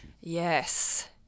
Yes